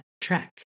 track